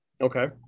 Okay